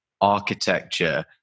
architecture